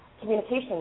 communication